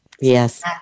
Yes